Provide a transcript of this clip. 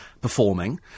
performing